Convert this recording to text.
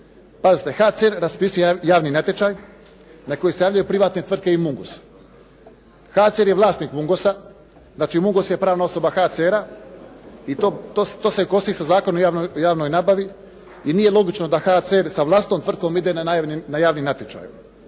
Pazite HCR raspisuje javni natječaj, na koji se javljaju privatne tvrtke i Mungos. HCR je vlasnik Mungosa, znači Mungos je pravna osoba HCR-a, i to se kosi sa Zakonom o javnoj nabavi i nije logično da HCR sa vlastitom tvrtkom ide na javni natječaj